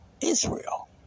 Israel